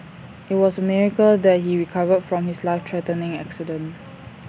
IT was A miracle that he recovered from his life threatening accident